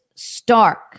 Stark